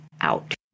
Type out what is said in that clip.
out